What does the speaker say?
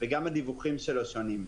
ובתנאים שבהם אתם עובדים.